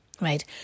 right